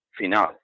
final